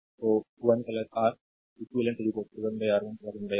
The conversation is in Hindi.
तो 1 R eq 1 R1 1 R2 up 1 RN